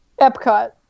Epcot